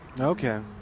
Okay